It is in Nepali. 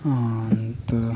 अन्त